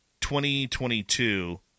2022